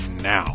now